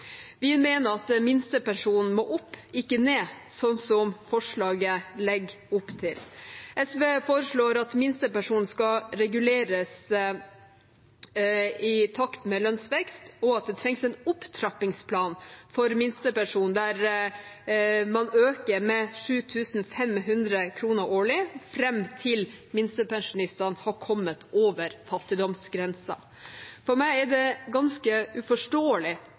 Vi mener at minstepensjonen må opp, ikke ned, sånn som forslaget legger opp til. SV foreslår at minstepensjonen skal reguleres i takt med lønnsveksten, og at det trengs en opptrappingsplan for minstepensjon der man øker med 7 500 kr årlig, fram til minstepensjonistene har kommet over fattigdomsgrensen. For meg er det ganske uforståelig